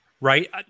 right